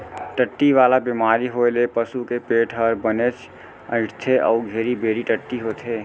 टट्टी वाला बेमारी होए ले पसू के पेट हर बनेच अइंठथे अउ घेरी बेरी टट्टी होथे